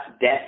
death